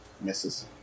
Misses